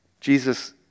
Jesus